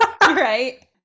Right